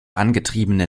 angetriebene